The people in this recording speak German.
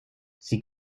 sie